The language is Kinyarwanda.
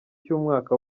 cy’umwaka